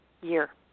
year